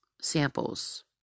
samples